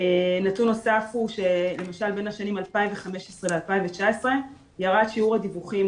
נתון נוסף הוא שלמשל בין השנים 2015 ל-2019 ירד שיעור הדיווחים